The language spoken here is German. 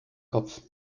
kopf